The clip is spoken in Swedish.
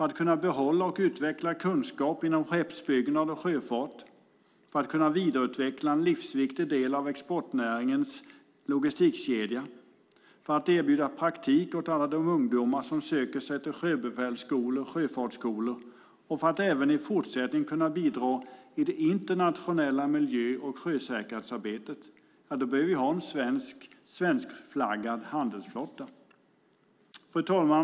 Att kunna behålla och utveckla kunskap inom skeppsbyggnad och sjöfart, för att kunna vidareutveckla en livsviktig del av exportnäringens logistikkedja, för att erbjuda praktik åt alla de ungdomar som söker sig till sjöbefälsskolor och sjöfartsskolor och för att även i fortsättningen kunna bidra i det internationella miljö och sjösäkerhetsarbetet behöver vi ha en svenskflaggad handelsflotta. Fru talman!